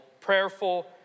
prayerful